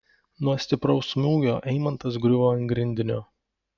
nuo stipraus smūgio eimantas griuvo ant grindinio